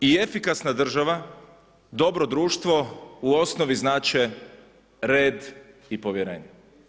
I efikasna država, dobro društvo u osnovi znače red i povjerenje.